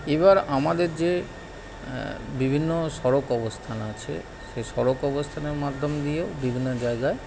এবার আমাদের যে বিভিন্ন সড়ক অবস্থান আছে সেই সড়ক অবস্থানের মাধ্যম দিয়েও বিভিন্ন জায়গায়